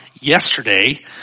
yesterday